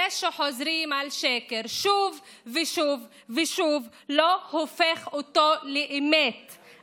זה שחוזרים על שקר שוב ושוב ושוב לא הופך אותו לאמת,